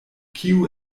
kiu